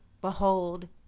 Behold